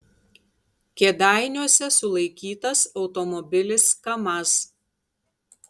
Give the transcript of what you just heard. kėdainiuose sulaikytas automobilis kamaz